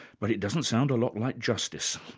but it doesn't sound a lot like justice.